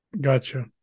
Gotcha